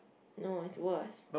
no it's worse